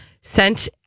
sent